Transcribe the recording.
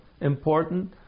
important